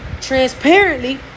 transparently